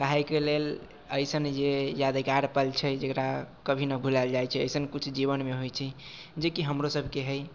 काहेके लेल अइसन जे यादगार पल छै जकरा कभी न भुलायल जाइत छै अइसन कुछ जीवनमे होइत छै जे कि हमरोसभके हइ